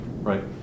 right